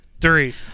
three